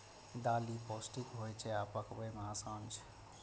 दालि पौष्टिक होइ छै आ पकबै मे आसान छै